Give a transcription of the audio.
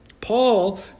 Paul